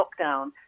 lockdown